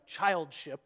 childship